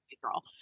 girl